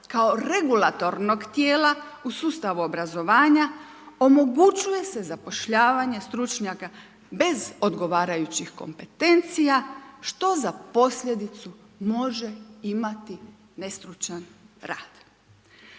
kao regulatornog tijela u sustavu obrazovanja omogućuje se zapošljavanje stručnjaka bez odgovarajućih kompetencija što za posljedicu može imati nestručan rad.